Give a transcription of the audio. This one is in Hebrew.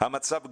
המצב גרוע,